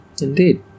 Indeed